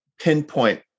pinpoint